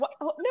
no